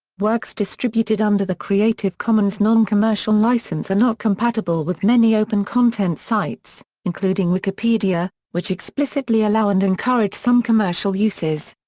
works distributed under the creative commons non-commercial license are not compatible with many open-content sites, including wikipedia, which explicitly allow and encourage some commercial uses.